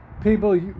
People